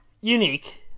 unique